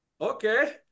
okay